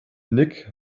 nick